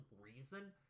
reason